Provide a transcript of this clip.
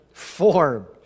Form